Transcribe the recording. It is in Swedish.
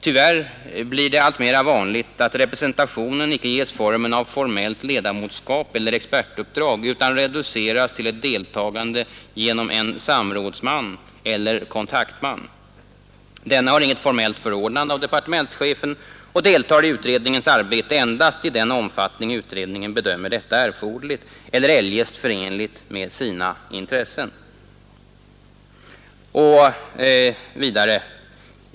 ——— Tyvärr blir det alltmera vanligt att representationen icke ges formen av formellt ledamotskap eller expertuppdrag utan reduceras till ett deltagande genom en ”samrådsman” eller ”kontaktman”. Denne har inget formellt förordnande av departementetschefen och deltar i utredningens arbete endast i den omfattning utredningen bedömer detta erforderligt eller eljest förenligt med sina intressen.